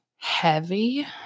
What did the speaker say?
heavy